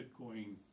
Bitcoin